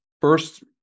first